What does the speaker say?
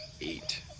Eight